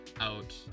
out